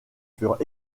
furent